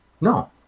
no